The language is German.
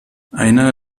einer